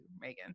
megan